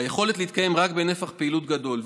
היכול להתקיים רק בנפח פעילות גדול.